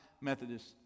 Methodist